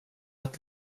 att